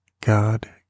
God